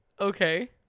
okay